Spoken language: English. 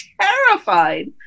terrified